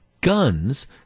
guns